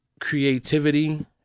creativity